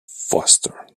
foster